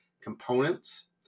components